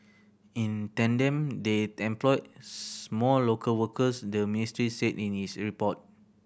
in tandem they employed more local workers the ministry said in its report